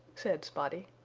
said spotty.